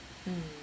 mm